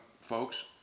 folks